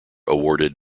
awarded